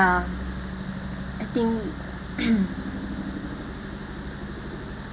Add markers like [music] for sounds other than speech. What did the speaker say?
I think [noise]